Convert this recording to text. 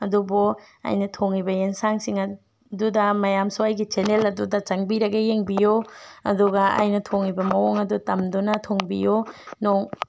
ꯑꯗꯨꯕꯨ ꯑꯩꯅ ꯊꯣꯡꯉꯤꯕ ꯌꯦꯟꯁꯥꯡꯁꯤꯡ ꯑꯗꯨꯗ ꯃꯌꯥꯝꯁꯨ ꯑꯩꯒꯤ ꯆꯦꯟꯅꯦꯜ ꯑꯗꯨꯗ ꯆꯪꯕꯤꯔꯒ ꯌꯦꯡꯕꯤꯌꯣ ꯑꯗꯨꯒ ꯑꯩꯅ ꯊꯣꯡꯉꯤꯕ ꯃꯑꯣꯡ ꯑꯗꯨꯗ ꯇꯝꯗꯨꯅ ꯊꯣꯡꯕꯤꯌꯣ ꯅꯣꯡ